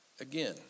again